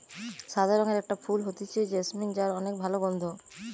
সাদা রঙের একটা ফুল হতিছে জেসমিন যার অনেক ভালা গন্ধ